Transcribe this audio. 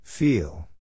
Feel